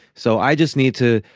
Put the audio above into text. so i just need to.